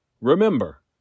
Remember